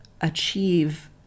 achieve